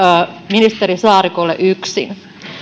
ministeri saarikolle yksin